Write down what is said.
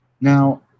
Now